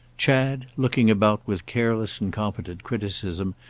chad, looking about with careless and competent criticism,